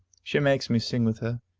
she makes me sing with her,